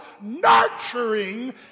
nurturing